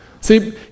See